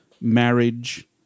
marriage